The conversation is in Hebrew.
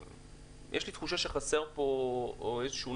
יש לי תחושה שחסר פה או שיש איזה שהוא